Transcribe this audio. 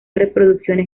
reproducciones